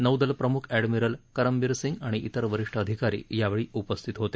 नौदल प्रम्ख अष्ठमिरल करमबीर सिंग आणि इतर वरिष्ठ अधिकारी यावेळी उपस्थित होते